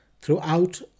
throughout